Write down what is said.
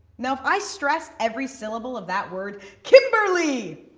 now if i stressed every syllable of that word, kimberly!